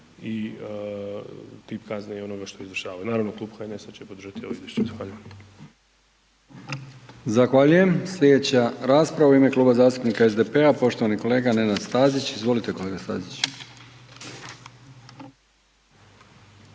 i tip kazne i onoga što izvršavaju. Naravno Klub HNS-a će podržati ovo izvješće. Zahvaljujem. **Brkić, Milijan (HDZ)** Zahvaljujem. Slijedeća rasprava u ime Kluba zastupnika SDP-a, poštovani kolega Nenad Stazić. Izvolite kolega Stazić.